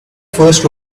first